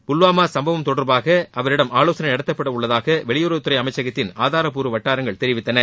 புல்வாமா சம்பவம் தொடர்பாக அவரிடம் ஆவோசனை நடத்தப்பட உள்ளதாக வெளியுறவுத்துறை அமைச்சகத்தின் ஆதாரப்பூர்வ வட்டாரங்கள் தெரிவித்தன